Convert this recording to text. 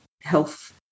health